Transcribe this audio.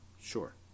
Sure